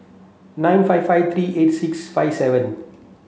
nine five five three eight six five seven